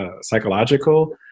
psychological